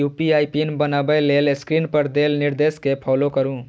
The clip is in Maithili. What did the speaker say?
यू.पी.आई पिन बनबै लेल स्क्रीन पर देल निर्देश कें फॉलो करू